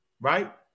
right